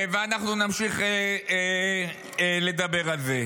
ואנחנו נמשיך לדבר על זה.